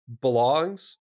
belongs